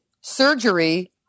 surgery